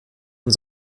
und